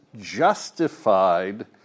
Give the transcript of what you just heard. justified